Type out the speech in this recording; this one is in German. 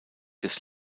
des